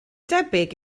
debyg